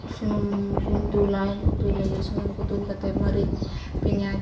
ᱥᱩᱢᱩᱱᱠᱚᱧ ᱫᱩᱞᱟ ᱩᱛᱩᱭ ᱞᱟᱹᱜᱤᱫ ᱥᱩᱱᱩᱢᱠᱚ ᱫᱩᱞ ᱠᱟᱛᱮᱫ ᱢᱟᱹᱨᱤᱪ ᱯᱮᱸᱭᱟᱡᱽ